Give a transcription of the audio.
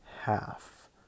half